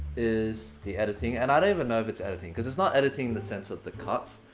is the editing, and i don't even know if it's editing, cause it's not editing in the sense of the cuts,